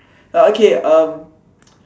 ah okay um